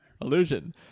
Illusion